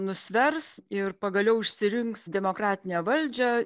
nusvers ir pagaliau išsirinks demokratinę valdžią